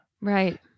Right